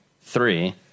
Three